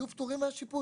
יהיו פטורים מהשיפוי.